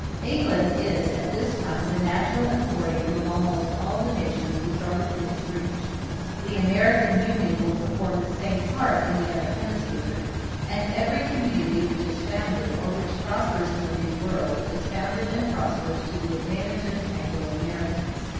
england is at this time the natural emporium of almost all the nations which are within its reach the american union will perform the same part in the other hemisphere and every community which is founded or which prospers in the new world, is founded and prospers to the advantage of the anglo-americans.